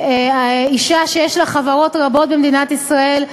אישה שיש לה חברות רבות במדינת ישראל,